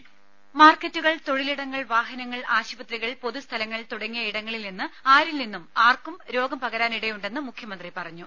voice രുമ മാർക്കറ്റുകൾ തൊഴിലിടങ്ങൾ വാഹനങ്ങൾ ആശുപത്രികൾ പൊതുസ്ഥലങ്ങൾ തുടങ്ങിയ ഇടങ്ങളിൽ നിന്ന് ആരിൽ നിന്നും ആർക്കും രോഗം പകരാനിടയുണ്ടെന്ന് മുഖ്യമന്ത്രി പറഞ്ഞു